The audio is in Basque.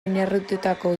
oinarritututako